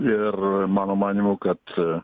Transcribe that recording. ir mano manymu kad